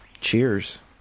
Cheers